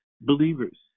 believers